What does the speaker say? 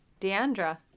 Deandra